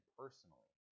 personally